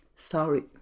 sorry